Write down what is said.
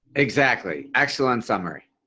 exactly. excellent summary.